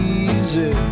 easy